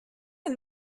een